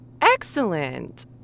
Excellent